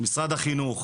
משרד החינוך,